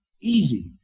easy